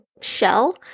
shell